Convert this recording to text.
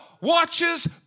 watches